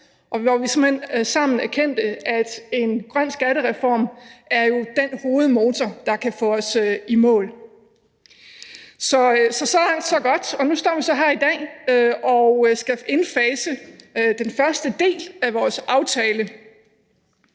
hen sammen erkendte, at en grøn skattereform jo er den hovedmotor, der kan få os i mål. Så: Så langt, så godt. Nu står vi så her i dag og skal indfase den første del af vores aftale.